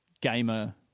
gamer